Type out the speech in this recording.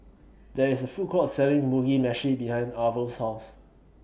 There IS A Food Court Selling Mugi Meshi behind Arvel's House